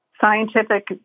Scientific